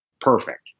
Perfect